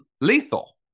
lethal